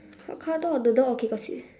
what car door the door okay got see